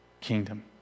kingdom